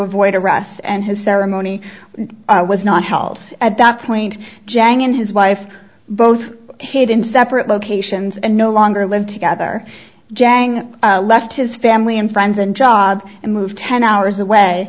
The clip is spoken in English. avoid arrest and his ceremony was not held at that point jang and his wife both hid in separate locations and no longer lived together jang left his family and friends and job and moved ten hours